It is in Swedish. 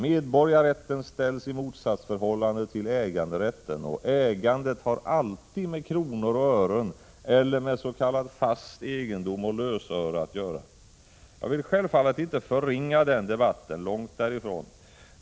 Medborgarrätten ställs i motsatsförhållande till äganderätten, och ägandet har alltid med kronor och ören eller med s.k. fast egendom och lösöre att göra. Jag vill självfallet inte förringa den debatten — långt därifrån.